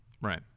right